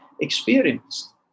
experienced